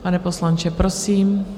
Pane poslanče, prosím.